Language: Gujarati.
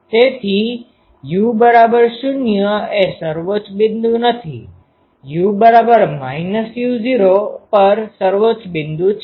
તેથી u૦ એ સર્વોચ્ચ બિંદુ નથી u u૦ પર સર્વોચ્ચ બિંદુ છે